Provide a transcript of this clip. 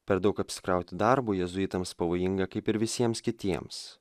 per daug apsikrauti darbu jėzuitams pavojinga kaip ir visiems kitiems